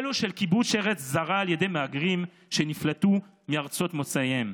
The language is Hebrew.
ולא של כיבוש ארץ זרה על ידי מהגרים שנפלטו מארצות מוצאם.